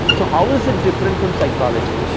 so how is it different from psychology?